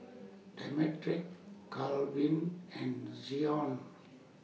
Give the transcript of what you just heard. Demetric Kalvin and Zion